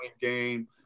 game